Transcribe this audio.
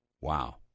wow